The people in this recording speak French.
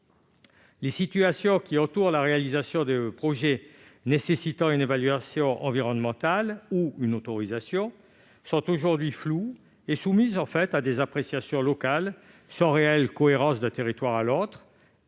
Les situations qui entourent la réalisation de projets nécessitant une évaluation environnementale ou une autorisation sont aujourd'hui floues et soumises à des appréciations locales sans réelle cohérence d'un territoire à l'autre.